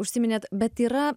užsiminėt bet yra